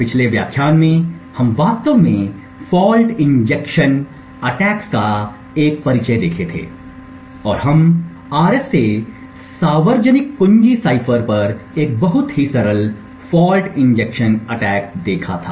पिछले व्याख्यान में हम वास्तव में फॉल्ट इंजेक्शन हमलों का एक परिचय देखा था और हम RSA सार्वजनिक कुंजी साइफर पर एक बहुत ही सरल फॉल्ट इंजेक्शन हमला देखा था